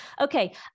Okay